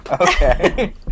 Okay